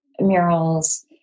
murals